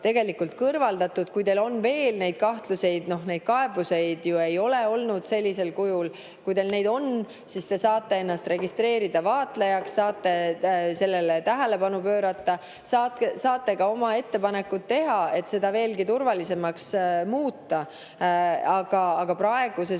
tegelikult kõrvaldatud. Kui teil on veel kahtlusi – noh, neid kaebusi ju ei ole sellisel kujul olnud, aga kui teil neid on, siis te saate ennast registreerida vaatlejaks, saate sellele tähelepanu pöörata, saate ka oma ettepanekud teha, et süsteem veelgi turvalisemaks muuta. Aga praegu